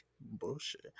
bullshit